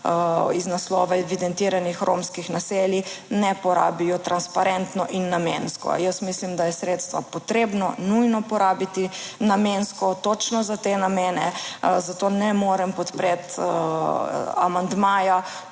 iz naslova evidentiranih romskih naselij, ne porabijo transparentno in namensko. Jaz mislim, da je sredstva potrebno nujno porabiti namensko, točno za te namene, zato ne morem podpreti amandmaja,